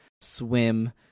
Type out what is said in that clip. swim